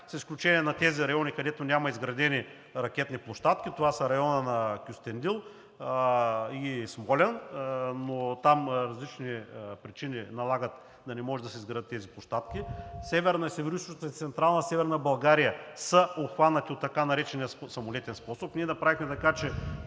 с изключение на районите, където няма изградени ракетни площадки. Това е районът на Кюстендил и Смолян, но там различни причини налагат да не могат да се изградят тези площадки. Северна, Североизточна и Централна България са обхванати от така наречения самолетен способ. Ние направихме така, че